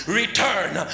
return